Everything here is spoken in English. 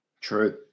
true